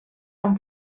amb